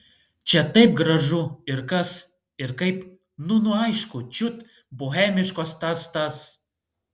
čia taip gražu ir kas ir kaip nu nu aišku čiut bohemiškos tas tas